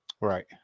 Right